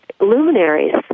luminaries